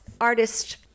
artist